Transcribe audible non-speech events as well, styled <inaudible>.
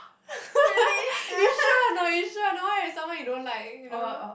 <laughs> you sure or not you sure or not what if someone you don't like you know